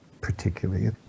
particularly